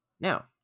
Now